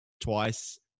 twice